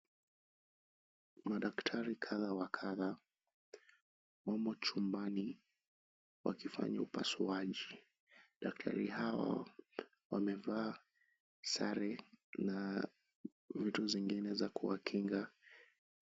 Madaktari kadha wa kadha wako chumbani wakifanya upasuaji. Madaktari hawa wamevaa sare na vitu zingine za kuwakinga.